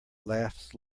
laughs